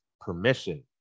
permission